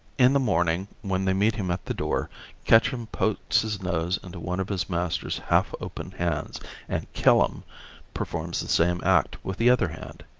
in the morning when they meet him at the door ketchum pokes his nose into one of his master's half open hands and killum performs the same act with the other hand.